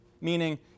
meaning